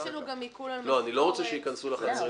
אתם אומרים שייכנסו לחצרים